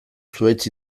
zuhaitz